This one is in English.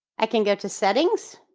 i can go to settings.